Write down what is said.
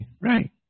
right